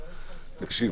תקשיבו,